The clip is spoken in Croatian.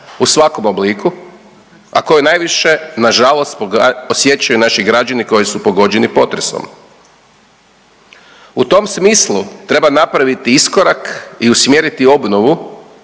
u svakom obliku, a koju najviše nažalost osjećaju naši građani koji su pogođeni potresom. U tom smislu treba napraviti iskorak i usmjeriti obnovu